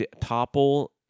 topple